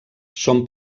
són